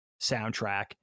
soundtrack